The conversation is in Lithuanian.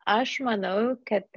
aš manau kad